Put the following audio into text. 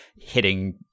hitting